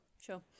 sure